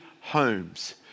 homes